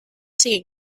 singing